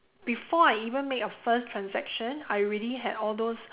before I even make a first transaction I already had all those